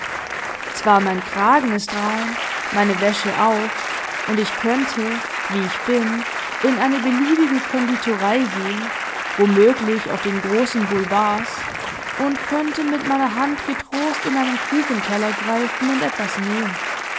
zwar mein kragen ist rein meine wäsche auch und ich könnte wie ich bin in eine beliebige konditorei gehen womöglich auf den großen boulevards und könnte mit meiner hand getrost in einen kuchenteller greifen und etwas nehmen